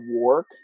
work